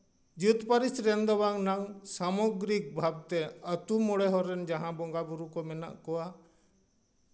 ᱡᱟᱹᱛ ᱯᱟᱹᱨᱤᱥ ᱨᱮᱱ ᱫᱚ ᱵᱟᱝ ᱱᱟᱝ ᱥᱟᱢᱚᱜᱨᱤᱠ ᱵᱷᱟᱵᱽᱛᱮ ᱟᱛᱳ ᱢᱚᱬᱮ ᱦᱚᱲ ᱨᱮᱱ ᱡᱟᱦᱟᱸ ᱵᱚᱸᱜᱟ ᱵᱳᱨᱳ ᱠᱚ ᱢᱮᱱᱟᱜ ᱠᱚᱣᱟ